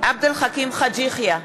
עבד אל חכים חאג' יחיא,